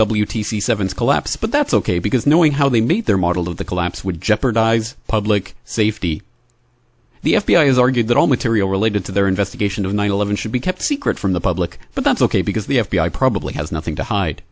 c seven is collapse but that's ok because knowing how they meet their model of the collapse would jeopardize public safety the f b i has argued that all material related to their investigation of nine eleven should be kept secret from the public but that's ok because the f b i probably has nothing to hide